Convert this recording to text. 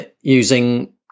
using